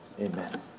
Amen